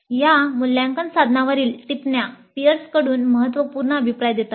या मूल्यांकन साधनांवरील टिप्पण्या पिअर्सकडून महत्त्वपूर्ण अभिप्राय देतात